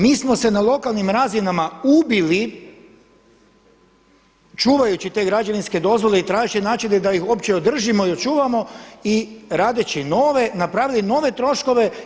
Mi smo se na lokalnim razinama ubili čuvajući te građevinske dozvole i tražili načine da ih uopće održimo i očuvamo i radeći nove, napravili nove troškove.